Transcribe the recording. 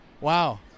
Wow